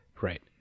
Right